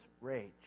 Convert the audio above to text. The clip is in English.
rage